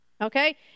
Okay